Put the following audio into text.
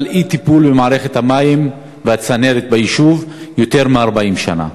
אי-טיפול במערכת המים והצנרת ביישוב יותר מ-40 שנה.